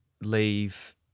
leave